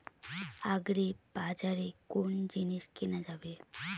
আগ্রিবাজারে কোন জিনিস কেনা যাবে?